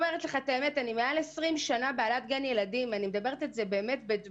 אני מעל 20 שנה בעלת גן ילדים ואני אומרת בדמעות